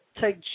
take